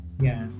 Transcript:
yes